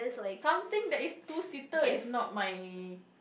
something that is two seater is not my